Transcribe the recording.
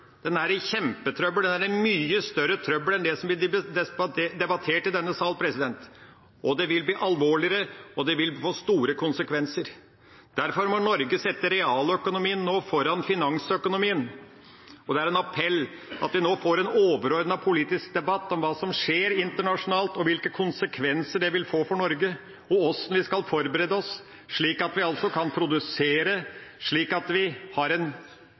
Den er i kjempetrøbbel, den er i mye større trøbbel enn det som blir debattert i denne sal. Det vil bli alvorligere, og det vil få store konsekvenser. Derfor må Norge nå sette realøkonomien foran finansøkonomien. Det er en appell at vi nå får en overordnet politisk debatt om hva som skjer internasjonalt, hvilke konsekvenser det vil få for Norge, og hvordan vi skal forberede oss, slik at vi kan produsere slik at vi har